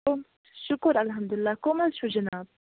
شُکُر الحمدُ اللہ کٔم حظ چھِو جِناب